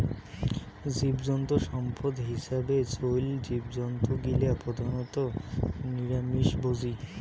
জীবজন্তু সম্পদ হিছাবে চইল জীবজন্তু গিলা প্রধানত নিরামিষভোজী